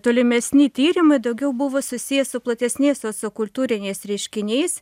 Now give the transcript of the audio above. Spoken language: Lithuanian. tolimesni tyrimai daugiau buvo susiję su platesniais sociokultūriniais reiškiniais